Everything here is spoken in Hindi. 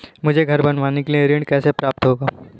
मुझे घर बनवाने के लिए ऋण कैसे प्राप्त होगा?